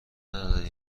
دارد